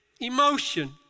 emotion